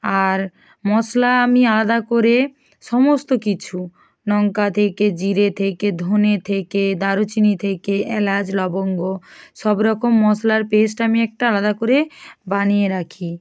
আর মশলা আমি আলাদা করে সমস্ত কিছু লঙ্কা থেকে জিরে থেকে ধনে থেকে দারুচিনি থেকে এলাচ লবঙ্গ সব রকম মশলার পেস্ট আমি একটা আলাদা করে বানিয়ে রাখি